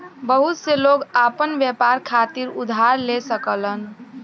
बहुत से लोग आपन व्यापार खातिर उधार ले सकलन